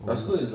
oh